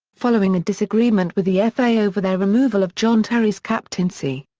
following a disagreement with the fa over their removal of john terry's captaincy.